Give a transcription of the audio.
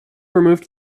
removed